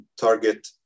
target